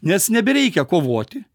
nes nebereikia kovoti